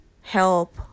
help